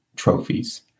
trophies